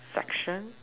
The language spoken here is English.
section